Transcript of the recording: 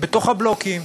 בתוך הבלוקים,